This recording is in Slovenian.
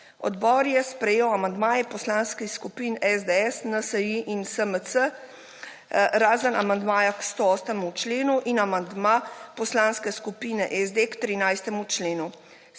Odbor je sprejel amandmaje poslanskih skupin SDS, NSi in SMC, razen amandmaja k 108. členu, in amandma Poslanske skupine SD k 13. členu.